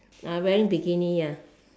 ah wearing bikini ya